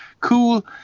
cool